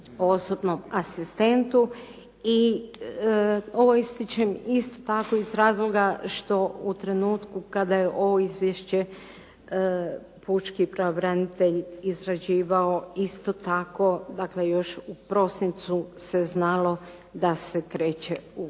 osobnom asistentu i ovo ističem isto tako iz razloga što u trenutku kada je ovo izvješće pučki pravobranitelj izrađivao, isto tako dakle još u prosincu se znalo da se kreće u